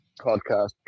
podcast